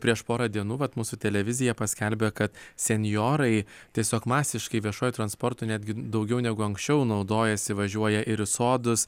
prieš porą dienų vat mūsų televizija paskelbė kad senjorai tiesiog masiškai viešuoju transportu netgi daugiau negu anksčiau naudojasi važiuoja ir sodus